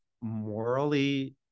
morally